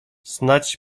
snadź